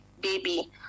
baby